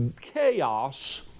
chaos